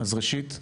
ראשית,